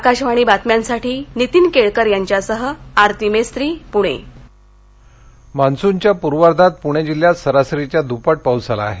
आकाशवाणी बातम्यांसाठी नीतीन केळकर यांच्यासह आरती मेस्त्री पुणे पाऊस मान्सूनच्या पूर्वाधात पुणे जिल्ह्यात सरासरीच्या द्रप्पट पाऊस झाला आहे